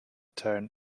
town